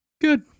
Good